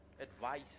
advice